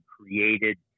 created